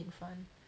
in front